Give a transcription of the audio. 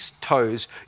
toes